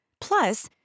Plus